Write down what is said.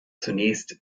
zunächst